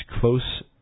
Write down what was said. close